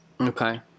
Okay